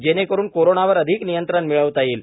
जेणेकरुन कोरोनावर अधिक नियंत्रण मिळविता येईल